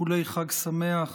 איחולי חג שמח